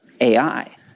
AI